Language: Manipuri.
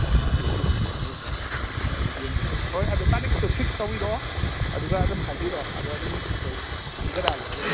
ꯑꯗꯨꯅ ꯑꯗꯨꯒꯨꯝꯕꯗꯨ ꯆꯪꯂꯨꯔꯒ ꯑꯗꯨꯝ ꯌꯦꯡꯉꯨꯕ ꯌꯥꯏ ꯍꯣꯏ ꯑꯗꯨ ꯇꯥꯔꯤꯛꯇꯣ ꯐꯤꯛꯁ ꯇꯧꯕꯤꯔꯛꯑꯣ ꯑꯗꯨꯒ ꯑꯗꯨꯝ ꯍꯥꯏꯕꯤꯔꯛꯑꯣ ꯑꯗꯣ ꯑꯗꯨꯝ ꯑꯩꯈꯣꯏ ꯁꯤꯟꯖꯔꯛꯑꯒꯦ ꯑꯗꯨꯝ